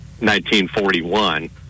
1941